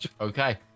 Okay